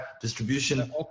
Distribution